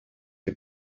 que